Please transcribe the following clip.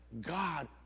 God